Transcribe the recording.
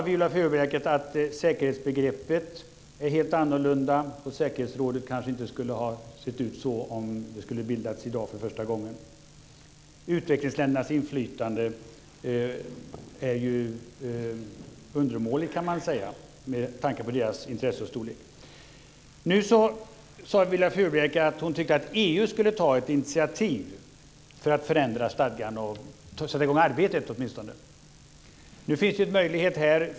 Viola Furubjelke sade att säkerhetsbegreppet är helt annorlunda, och säkerhetsrådet hade nog inte sett ut så om det hade bildats för första gången i dag. Utvecklingsländernas inflytande är undermåligt med tanke på deras intressen och storlek. Viola Furubjelke sade att hon tyckte att EU skulle ta initiativ för att förändra stadgan - åtminstone få i gång arbetet.